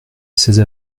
seize